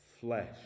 flesh